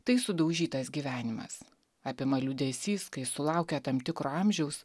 tai sudaužytas gyvenimas apima liūdesys kai sulaukę tam tikro amžiaus